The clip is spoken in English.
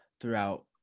throughout